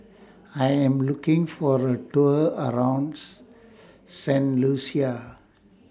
I Am looking For A Tour around Saint Lucia